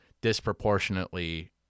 disproportionately